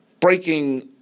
breaking